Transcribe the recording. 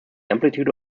amplitude